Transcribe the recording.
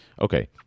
okay